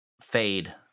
fade